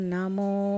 Namo